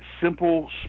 simple